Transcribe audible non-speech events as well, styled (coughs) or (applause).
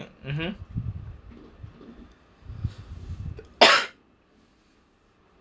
mmhmm (coughs)